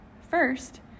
First